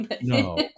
No